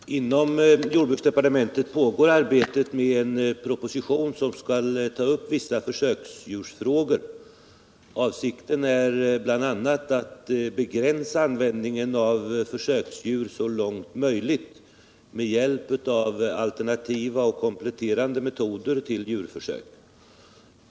Herr talman! Inom jordbruksdepartementet pågår arbetet med en proposition som skall ta upp vissa försöksdjursfrågor. Avsikten är bl.a. att begränsa användningen av försöksdjur så långt möjligt med hjälp av alternativa och kompletterande metoder till djurförsök.